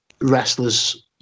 wrestlers